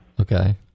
Okay